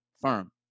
firm